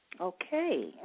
Okay